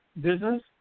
business